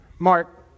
Mark